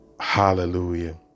hallelujah